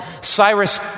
Cyrus